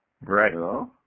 Right